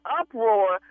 uproar